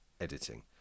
editing